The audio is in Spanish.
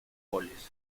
goles